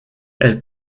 elles